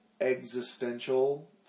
existential